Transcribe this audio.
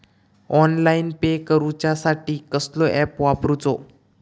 Online pay करूचा साठी कसलो ऍप वापरूचो?